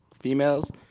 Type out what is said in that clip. females